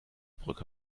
brücke